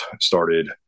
started